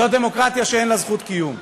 זו דמוקרטיה שאין לה זכות קיום.